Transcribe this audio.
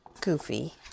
goofy